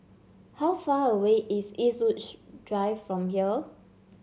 how far away is Eastwood Drive from here